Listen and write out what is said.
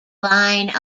line